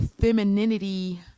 femininity